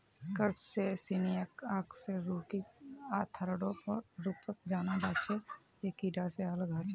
क्रस्टेशियंसक अकशेरुकी आर्थ्रोपोडेर रूपत जाना जा छे जे कीडा से अलग ह छे